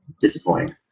disappointing